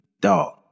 dog